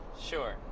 Sure